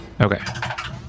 Okay